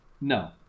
No